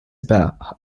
about